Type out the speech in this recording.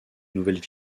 nouvelles